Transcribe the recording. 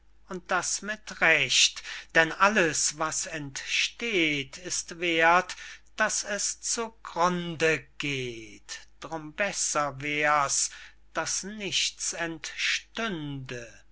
und das mit recht denn alles was entsteht ist werth daß es zu grunde geht drum besser wär's daß nichts